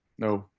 no,